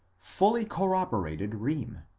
fully corroborated rheem.